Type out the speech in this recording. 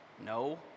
No